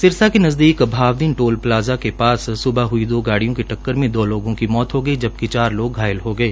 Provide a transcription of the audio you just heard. सिरसा के नज़दीक Bhavdin toll plaza के पास स्बह हुई दो गाडिय़ों की टक्कर में दो लोगों की मौत हो गई जबकि चार लोग घायल हो गए